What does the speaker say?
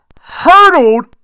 hurtled